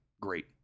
great